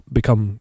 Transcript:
become